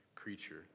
Creature